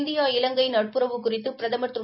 India Ilangai நட்புறவு குறித்து பிரதமர் திரு